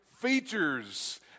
features